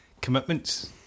commitments